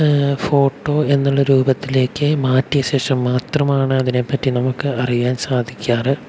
photo എന്നുള്ള രൂപത്തിലേക്ക് മാറ്റിയ ശേഷം മാത്രമാണ് അതിനെ പറ്റി നമുക്ക് അറിയാൻ സാധിക്കാറ്